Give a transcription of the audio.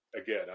again